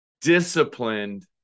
disciplined